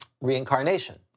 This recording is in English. Reincarnation